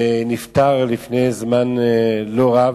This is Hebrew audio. ונפטר לפני זמן לא רב.